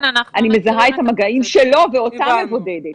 אני מזהה את המגעים שלו ואותה מבודדת.